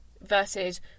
versus